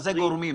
מה זה "גורמים"?